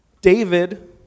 David